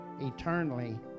eternally